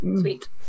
Sweet